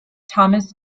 thomson